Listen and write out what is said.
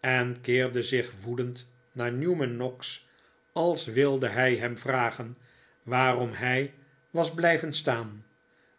en keerde zich woedend naar newman noggs als wilde hij hem vragen waarom hij was blijven staan